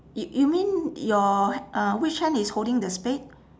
you you mean your h~ uh which hand is holding the spade